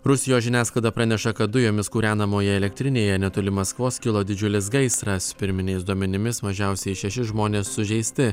rusijos žiniasklaida praneša kad dujomis kūrenamoje elektrinėje netoli maskvos kilo didžiulis gaisras pirminiais duomenimis mažiausiai šeši žmonės sužeisti